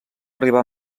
arribà